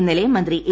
ഇന്നലെ മന്ത്രി എ